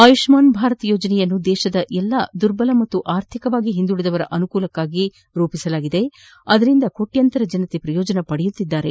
ಆಯುಷ್ಟಾನ್ ಭಾರತ ಯೋಜನೆಯನ್ನು ದೇಶದ ಎಲ್ಲಾ ದುರ್ಬಲ ಮತ್ತು ಆರ್ಥಿಕವಾಗಿ ಹಿಂದುಳಿದವರ ಅನುಕೂಲಕ್ಕಾಗಿ ರೂಪಿಸಿದ್ದು ಅದರಿಂದ ಕೋಟ್ಯಾಂತರ ಜನ ಪ್ರಯೋಜನ ಪಡೆಯುತ್ತಿದ್ದಾರೆ